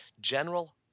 general